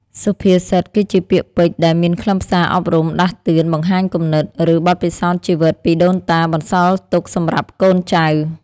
សុភាសិត គឺជាពាក្យពេចន៍ដែលមានខ្លឹមសារអប់រំ ដាស់តឿន បង្ហាញគំនិត ឬបទពិសោធន៍ជីវិតពីដូនតាបន្សល់ទុកសម្រាប់កូនចៅ។